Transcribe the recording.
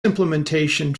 implementation